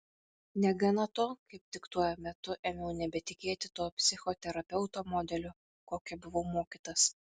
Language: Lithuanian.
negana to kaip tik tuo metu ėmiau nebetikėti tuo psichoterapeuto modeliu kokio buvau mokytas